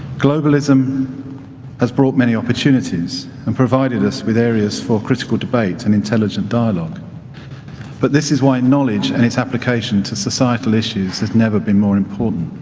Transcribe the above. globalism has brought many opportunities and provided us with areas for critical debate and intelligent dialogue but this is white knowledge and its application to societal issues has never been more important.